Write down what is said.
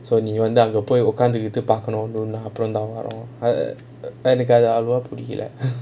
நீ வந்து அங்க போய் உக்காந்துகிட்டு பாக்கணும் எனக்கு அது அவ்ளோவா பிடிக்கல:nee vanthu anga poi ukkaanthukittu paakanaum ennaku athu avlovaa pidikala